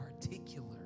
particular